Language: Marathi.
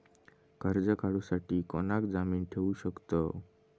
कर्ज काढूसाठी कोणाक जामीन ठेवू शकतव?